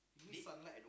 leave I don't